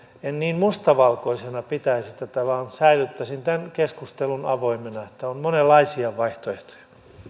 en niin mustavalkoisena pitäisi tätä vaan säilyttäisin tämän keskustelun avoimena että on monenlaisia vaihtoehtoja